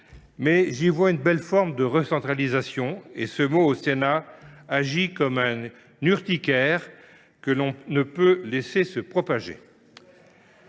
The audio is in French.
mais j’y vois une belle forme de recentralisation. Ce mot, au Sénat, agit comme une urticaire que l’on ne peut pas laisser se propager.